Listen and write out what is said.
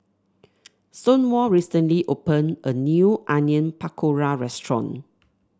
Stonewall recently opened a new Onion Pakora restaurant